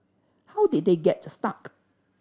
how did they get stuck